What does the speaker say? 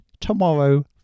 Tomorrow